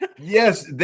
Yes